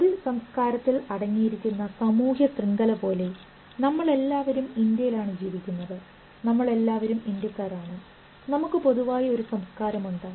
ഒരു സംസ്കാരത്തിൽ അടങ്ങിയിരിക്കുന്ന സാമൂഹ്യ ശൃംഖല പോലെ നമ്മളെല്ലാവരും ഇന്ത്യയിൽ ആണ് ജീവിക്കുന്നത് നമ്മളെല്ലാവരും ഇന്ത്യക്കാരാണ് നമുക്ക് പൊതുവായി ഒരു സംസ്കാരം ഉണ്ട്